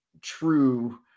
true